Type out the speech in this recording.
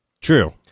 True